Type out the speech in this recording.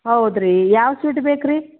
ಹೌದು ರೀ ಯಾವ ಸ್ವೀಟ್ ಬೇಕು ರೀ